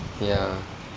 ya